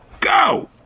go